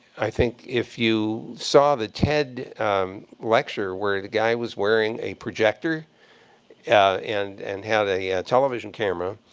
i think if you saw the ted lecture where the guy was wearing a projector and and had a television camera,